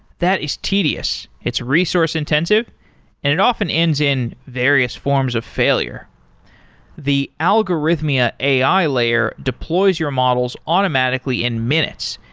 that is tedious. it's resource-intensive and it often ends in various forms of failure the algorithmia ai layer deploys your models automatically in minutes,